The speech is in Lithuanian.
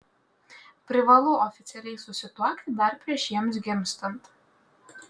privalu oficialiai susituokti dar prieš jiems gimstant